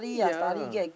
yeah